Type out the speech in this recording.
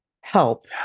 help